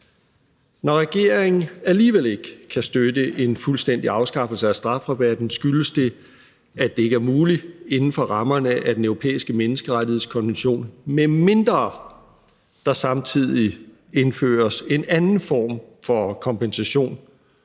Når regeringen alligevel ikke kan støtte en fuldstændig afskaffelse af strafrabatten, skyldes det, at det ikke er muligt inden for rammerne af Den Europæiske Menneskerettighedskonvention, medmindre der samtidig indføres en anden form for kompensation